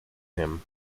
him